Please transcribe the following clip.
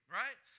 right